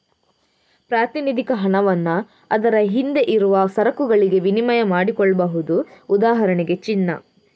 ಪ್ರಾತಿನಿಧಿಕ ಹಣವನ್ನ ಅದರ ಹಿಂದೆ ಇರುವ ಸರಕುಗಳಿಗೆ ವಿನಿಮಯ ಮಾಡಿಕೊಳ್ಬಹುದು ಉದಾಹರಣೆಗೆ ಚಿನ್ನ